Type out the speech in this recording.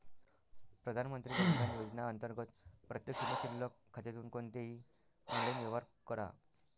प्रधानमंत्री जन धन योजना अंतर्गत प्रत्येक शून्य शिल्लक खात्यातून कोणतेही ऑनलाइन व्यवहार करा